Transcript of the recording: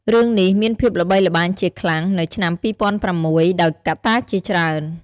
រឿងនេះមានភាពល្បីល្បាញជាខ្លាំងនៅឆ្នាំ២០០៦ ដោយកត្តាជាច្រើន។